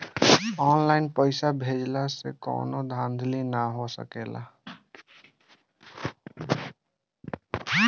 online पइसा भेजला से कवनो धांधली नाइ हो सकेला